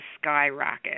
skyrocket